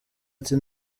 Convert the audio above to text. ati